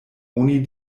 oni